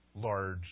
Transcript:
large